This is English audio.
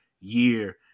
year